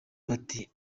bati